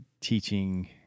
teaching